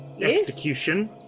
Execution